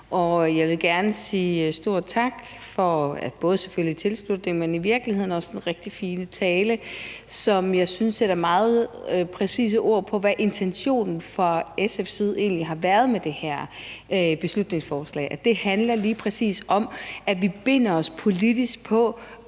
Jeg vil gerne sige stor tak, selvfølgelig for tilslutningen, men i virkeligheden også den rigtig fine tale, som jeg synes sætter meget præcise ord på, hvad intentionen fra SF's side egentlig har været med det her beslutningsforslag. Det handler lige præcis om, at vi binder os politisk både